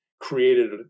created